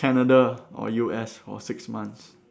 Canada or U_S for six months